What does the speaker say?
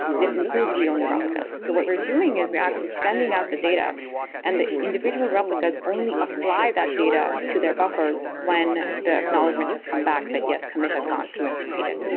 this includes read only replicas. so what we're doing is we're actually sending out the data and the individual replicas only apply that data to their buffers when the acknowledgment has come back that, yes, commit has gone through and succeeded.